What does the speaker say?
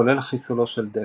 כולל חיסולו של דקארד.